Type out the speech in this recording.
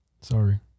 Sorry